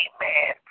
Amen